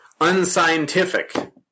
unscientific